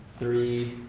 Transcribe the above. three,